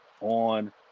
on